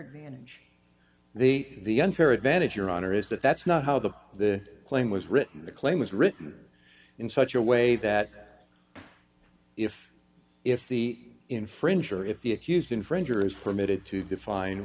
advantage they the unfair advantage your honor is that that's not how the the plane was written the claim was written in such a way that if if the infringer if the accused infringer is permitted to define